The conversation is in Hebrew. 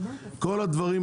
דע לך,